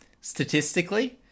statistically